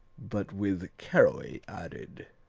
but with caraway added.